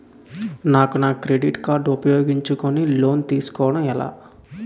నాకు నా credit card ఉపయోగించుకుని లోన్ తిస్కోడం ఎలా?